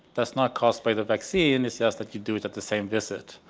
that's not caused by the vaccine, it's just that you do it at the same visit,